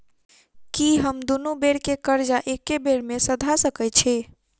की हम दुनू बेर केँ कर्जा एके बेर सधा सकैत छी?